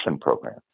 program